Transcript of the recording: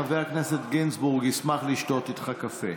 חבר הכנסת גינזבורג ישמח לשתות איתך קפה.